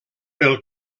pel